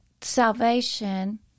salvation